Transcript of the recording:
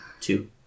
two